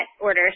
orders